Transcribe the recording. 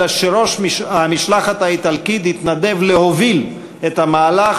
אלא שראש המשלחת האיטלקית התנדב להוביל את המהלך,